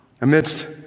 amidst